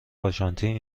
آرژانتین